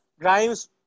Grimes